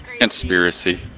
Conspiracy